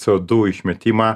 co du išmetimą